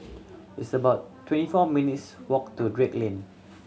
it's about twenty four minutes' walk to Drake Lane